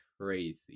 crazy